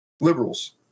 Liberals